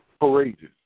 Courageous